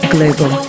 Global